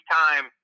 time